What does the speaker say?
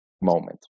moment